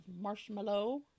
marshmallow